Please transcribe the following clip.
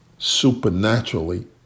supernaturally